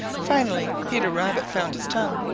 finally peter rabbit found his tongue.